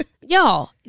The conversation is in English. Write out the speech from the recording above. y'all